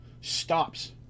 stops